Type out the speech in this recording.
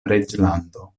reĝlando